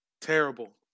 terrible